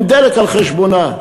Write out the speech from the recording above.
עם דלק על חשבונה.